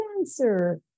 answer